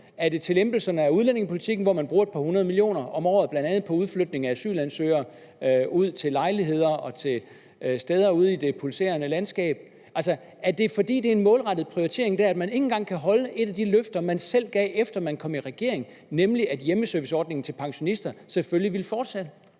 Er det til lempelserne af udlændingepolitikken, hvor man bruger et par hundrede millioner kroner om året, bl.a. på udflytning af asylansøgere til lejligheder og til steder ude i det pulserende landskab? Altså, er det, fordi det er en målrettet prioritering, at man ikke engang kan holde et af de løfter, man selv gav, efter man kom i regering, nemlig at hjemmeserviceordningen til pensionister selvfølgelig ville fortsætte?